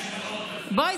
בואי,